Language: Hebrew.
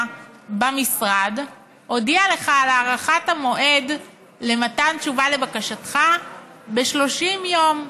במשרד הודיע לך על הארכת המועד למתן תשובה לבקשתך ב-30 יום,